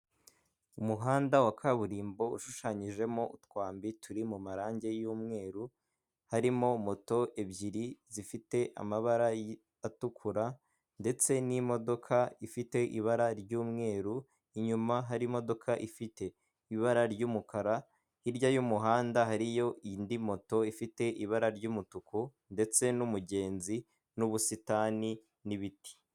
Umuhanda wa kaburimbo ushushanyijemo utwambi turi mu marangi y'umweru ,harimo moto ebyiri zifite amabara atukura ndetse n'imodoka ifite ibara ry'umweru ,inyuma hari imodoka ifite ibara ry'umukara, hirya y'umuhanda hariyo indi moto ifite ibara ry'umutuku ndetse n'umugezi ,n'ubusitani n'ibiti.